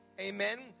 amen